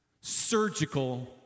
surgical